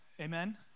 Amen